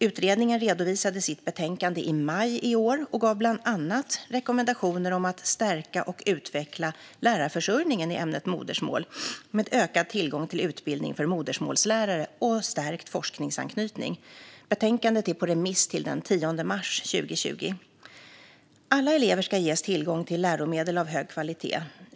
Utredningen redovisade sitt betänkande i maj i år och gav bland annat rekommendationer om att stärka och utveckla lärarförsörjningen i ämnet modersmål med ökad tillgång till utbildning för modersmålslärare och stärkt forskningsanknytning. Betänkandet är på remiss till den 10 mars 2020. Alla elever ska ges tillgång till läromedel av hög kvalitet.